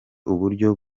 uburyo